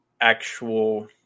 actual